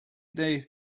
they